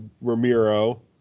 Ramiro